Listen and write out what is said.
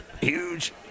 huge